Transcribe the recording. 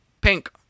pink